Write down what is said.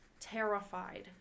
Terrified